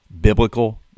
biblical